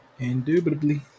Indubitably